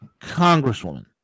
congresswoman